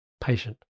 patient